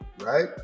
Right